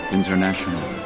International